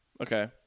Okay